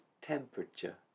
temperature